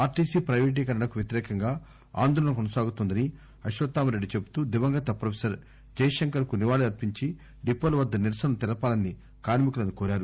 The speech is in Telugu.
ఆర్టీసీ ప్రెపేటీకరణకు వ్యతిరేకంగా ఆందోళన కొనసాగుతోందని అశ్వత్థామరెడ్డి చెపుతూ దివంగత ప్రొఫెసర్ జయశంకర్ కు నివాళులర్పించి డిపోల వద్ద నిరసనలు తెలపాలని కార్కికులను కోరారు